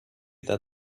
that